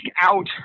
out